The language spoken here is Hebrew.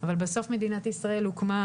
אבל בסוף מדינת ישראל הוקמה,